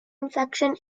infection